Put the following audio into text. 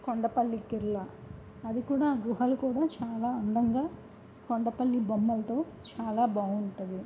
కొండపల్లి కిల అది కూడా గుహలు కూడా చాలా అందంగా కొండపల్లి బొమ్మలతో చాలా బాగుంటుంది